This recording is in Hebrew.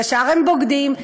ישר הם בוגדים,